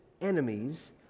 enemies